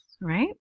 right